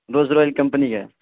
ڈوزرو کی کمپنی ہے